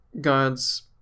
God's